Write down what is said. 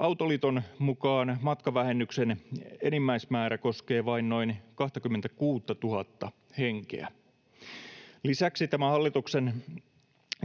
Autoliiton mukaan matkavähennyksen enimmäismäärä koskee vain noin 26 000:ta henkeä. Lisäksi tämä hallituksen